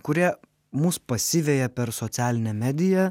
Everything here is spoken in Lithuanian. kurie mus pasiveja per socialinę mediją